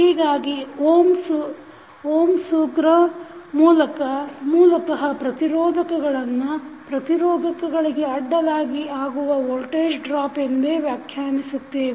ಹೀಗಾಗಿ ಓಮ್ ಸೂತ್ರ ಮೂಲತಃ ಪ್ರತಿರೋಧಕಗಳನ್ನು ಪ್ರತಿರೋಧಕಗಳಿಗೆ ಅಡ್ಡಲಾಗಿ ಆಗುವ ವೋಲ್ಟೇಜ್ ಡ್ರಾಪ್ ಎಂದೇ ವ್ಯಾಖ್ಯಾನಿಸುತ್ತೇವೆ